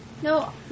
No